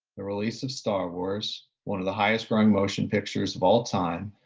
the release of star wars, one of the highest growing motion pictures of all time,